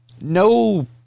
no